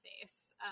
face